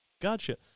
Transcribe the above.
Gotcha